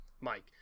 mike